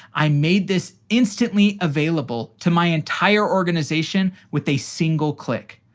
i made this instantly available to my entire organization with a single click.